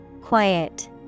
Quiet